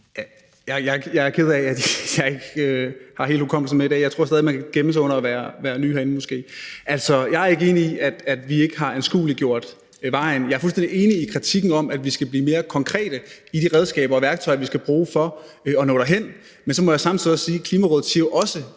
Jeg er ked af, at jeg ikke helt har hukommelsen med i dag. Jeg tror stadig væk, man kan gemme sig bag ved at være ny herinde måske. Altså, jeg er ikke enig i, at vi ikke har anskueliggjort vejen. Jeg er fuldstændig enig i kritikken om, at vi skal blive mere konkrete i forhold til de redskaber og værktøjer, vi skal bruge for at nå derhen. Men så må jeg samtidig sige, at Klimarådet jo også